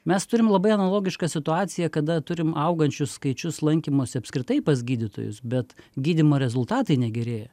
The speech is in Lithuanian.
mes turim labai analogišką situaciją kada turim augančius skaičius lankymosi apskritai pas gydytojus bet gydymo rezultatai negerėja